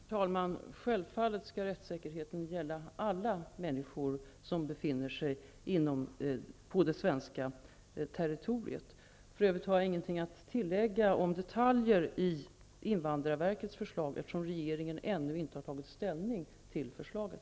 Herr talman! Självfallet skall rättssäkerheten gälla alla människor som befinner sig på det svenska territoriet. För övrigt har jag ingenting att tillägga om detaljer i invandrarverkets förslag, eftersom regeringen ännu inte har tagit ställning till förslaget.